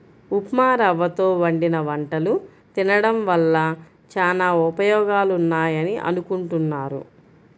ఉప్మారవ్వతో వండిన వంటలు తినడం వల్ల చానా ఉపయోగాలున్నాయని అనుకుంటున్నారు